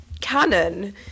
canon